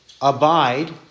abide